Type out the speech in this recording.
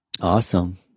Awesome